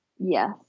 Yes